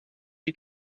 you